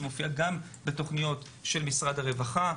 זה מופיע גם בתוכניות של משרד הרווחה.